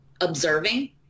observing